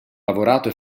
lavorato